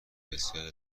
بسیاری